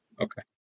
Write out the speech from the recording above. Okay